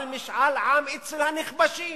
אבל משאל עם אצל הנכבשים,